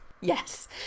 Yes